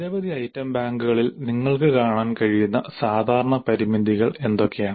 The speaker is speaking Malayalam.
നിരവധി ഐറ്റം ബാങ്കുകളിൽ നിങ്ങൾക്ക് കാണാൻ കഴിയുന്ന സാധാരണ പരിമിതികൾ എന്തൊക്കെയാണ്